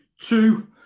two